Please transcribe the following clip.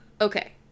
Okay